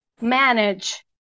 manage